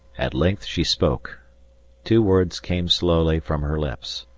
at length she spoke two words came slowly from her lips